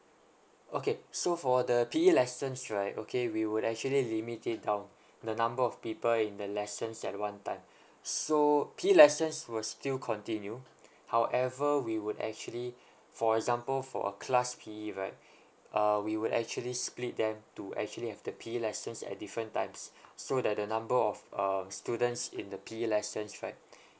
okay so for the P_E lessons right okay we would actually limit it down the number of people in the lessons at one time so P_E lessons will still continue however we would actually for example for a class P_E right uh we would actually split them to actually have the P_E lessons at different times so that the number of um students in the P_E lessons right